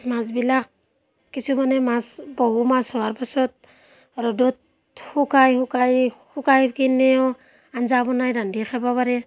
মাছবিলাক কিছুমানে মাছ বহু মাছ হোৱাৰ পাছত ৰ'দত শুকাই শুকাই শুকাই কিনেও আঞ্জা বনাই ৰান্ধি খাব পাৰে